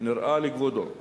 נראה לכבודו,